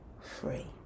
free